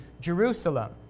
Jerusalem